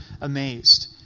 amazed